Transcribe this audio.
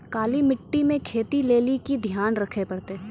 काली मिट्टी मे खेती लेली की ध्यान रखे परतै?